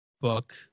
book